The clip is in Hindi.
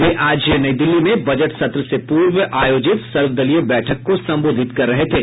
वे आज नई दिल्ली में बजट सत्र से पूर्व आयोजित सर्वदलीय बैठक को संबोधित कर रहे थे